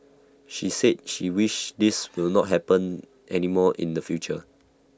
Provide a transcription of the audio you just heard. she said she wished this will not happen anymore in the future